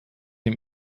dem